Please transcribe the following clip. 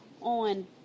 on